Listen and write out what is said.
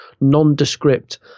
nondescript